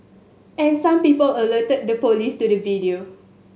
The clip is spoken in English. and some people alerted the police to the video